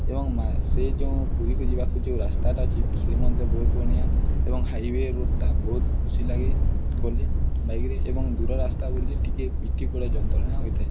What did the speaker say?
ଏବଂ ସେ ଯେଉଁ ପୁରୀକୁ ଯିବାକୁ ଯେଉଁ ରାସ୍ତାଟା ଅଛି ସେ ମଧ୍ୟ ବହୁତ ବଢ଼ିଆଁ ଏବଂ ହାଇ ୱେ ରୋଡ଼୍ଟା ବହୁତ ଖୁସି ଲାଗେ ଗଲେ ବାଇକ୍ରେ ଏବଂ ଦୂର ରାସ୍ତା ବୋଲି ଟିକେ ପିଠି ଯନ୍ତ୍ରଣା ହୋଇଥାଏ